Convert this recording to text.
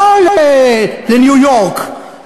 לא לניו-יורק,